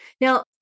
Now